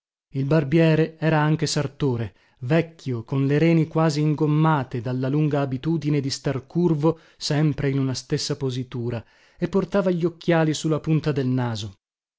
il barbiere era anche sartore vecchio con le reni quasi ingommate dalla lunga abitudine di star curvo sempre in una stessa positura e portava gli occhiali su la punta del naso